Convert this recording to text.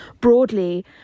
broadly